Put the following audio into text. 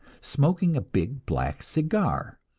smoking a big black cigar.